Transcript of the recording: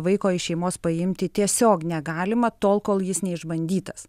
vaiko iš šeimos paimti tiesiog negalima tol kol jis neišbandytas